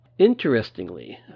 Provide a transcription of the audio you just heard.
Interestingly